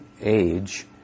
age